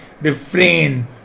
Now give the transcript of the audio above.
refrain